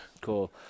cool